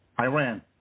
Iran